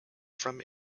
from